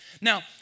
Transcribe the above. Now